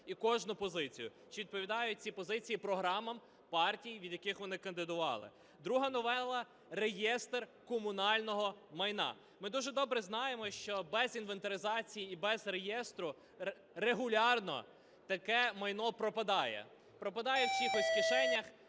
і кожну позицію, чи відповідають ці позиції програмам партій, від яких вони кандидували. Друге новела – реєстр комунального майна. Ми дуже добре знаємо, що без інвентаризацій і без реєстру регулярно таке майно пропадає. Пропадає в чиїхось кишенях,